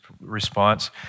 response